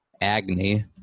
agony